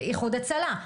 איחוד הצלה',